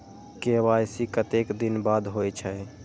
KYC कतेक दिन बाद होई छै?